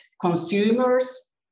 consumers